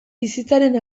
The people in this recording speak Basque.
bizitzaren